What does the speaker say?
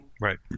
right